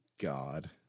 God